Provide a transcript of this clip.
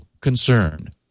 concern